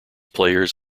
players